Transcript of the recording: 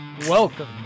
Welcome